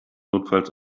notfalls